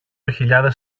χιλιάδες